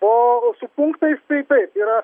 o su punktais tai taip yra